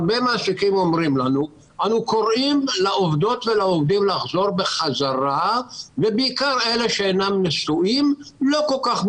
הרבה מעסיקים אומרים שהם קוראים לעובדים לחזור בחזרה ואלו לא מעוניינים,